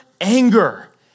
anger